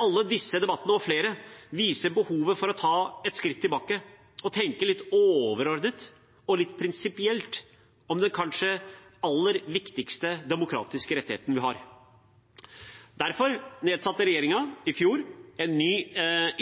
Alle disse debattene, og flere, viser behovet for å ta et skritt tilbake og tenke litt overordnet og prinsipielt om den kanskje aller viktigste demokratiske rettigheten vi har. Derfor nedsatte regjeringen i fjor en ny